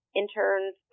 interns